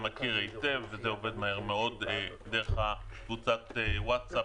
מכיר היטב וזה עובד מהר מאוד דרך קבוצת ווטסאפ,